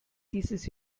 dieses